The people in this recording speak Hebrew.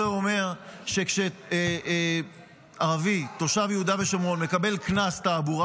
זה אומר שכשערבי תושב יהודה ושומרון מקבל קנס תעבורה,